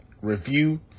review